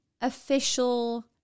official